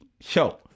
show